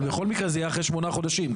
בכל מקרה זה יהיה אחרי שמונה חודשים,